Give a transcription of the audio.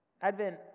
Advent